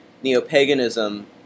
neo-paganism